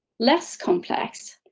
less complex